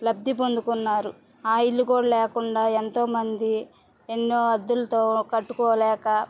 లబ్ధి పొందుకున్నారు ఆ ఇల్లు కూడా లేకుండా ఎంతోమంది ఎన్నో అద్దెలతో కట్టుకోలేక